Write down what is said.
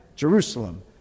Jerusalem